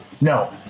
No